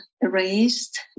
erased